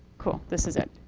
cool, this is it.